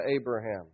Abraham